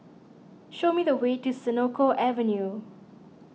show me the way to Senoko Avenue